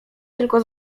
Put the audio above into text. tylko